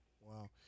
wow